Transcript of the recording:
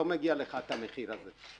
לא מגיע לך את המחיר הזה;